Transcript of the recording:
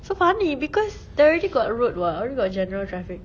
so funny because they already got road [what] only got general traffic